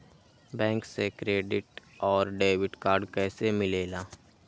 Bank से credit और debit card कैसी मिलेला?